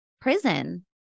prison